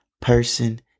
person